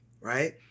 right